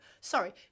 sorry